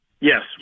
Yes